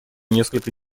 несколько